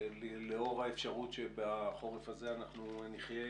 לאור האפשרות שבחורף הזה אנחנו נחייה